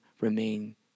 remain